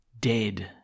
dead